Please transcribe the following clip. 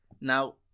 now